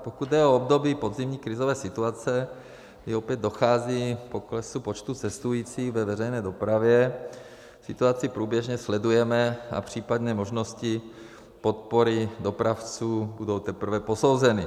Pokud jde o období podzimní krizové situace, kdy opět dochází k poklesu počtu cestujících ve veřejné dopravě, situaci průběžně sledujeme a případné možnosti podpory dopravců budou teprve posouzeny.